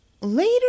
later